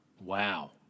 Wow